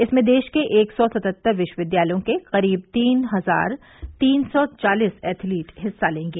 इसमें देश के एक सौ सतहत्तर विश्वविद्यालयों के करीब तीन हजार तीन सौ चालीस एथलीट हिस्सा लेंगे